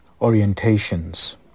orientations